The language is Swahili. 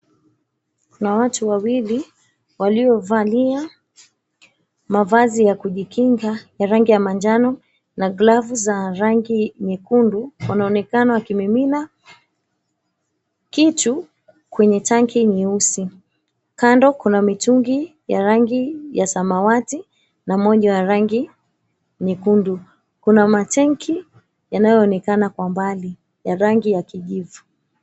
Kuna watu wawili waliovalia mavazi ya kujikinga ya rangi ya manjano na glavu za rangi nyekundu. Wanaonekana wakimimina kitu kwenye tanki nyeusi. Kando kuna mitungi ya rangi ya samawati na mmoja wa rangi nyekundu. Kuna matenki yanayoonekana kwa mbali ya rangi ya kijivu.